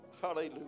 Hallelujah